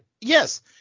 Yes